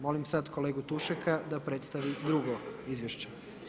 Molim sad kolegu Tušeka da predstavi drugi izvješće.